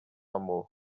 amor